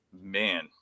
man